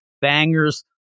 bangers